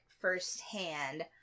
firsthand